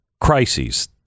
crises